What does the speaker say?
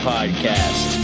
Podcast